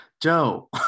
Joe